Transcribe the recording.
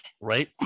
right